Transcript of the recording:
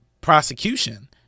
Prosecution